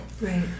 right